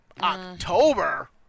October